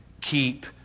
keep